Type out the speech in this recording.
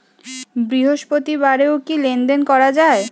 বৃহস্পতিবারেও কি লেনদেন করা যায়?